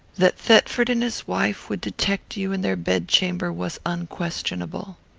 that thetford and his wife would detect you in their bedchamber was unquestionable.